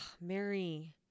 Mary